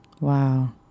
Wow